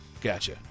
gotcha